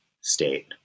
state